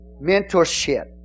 mentorship